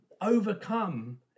overcome